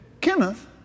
Kenneth